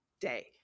day